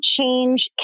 change